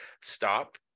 stop